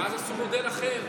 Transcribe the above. ואז עשו מודל אחר.